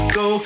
go